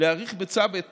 להאריך בצו את